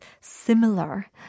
similar